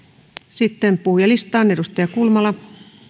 sitten puhujalistaan edustaja kulmala